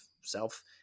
self